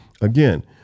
Again